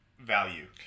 value